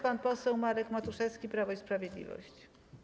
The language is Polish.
Pan poseł Marek Matuszewski, Prawo i Sprawiedliwość.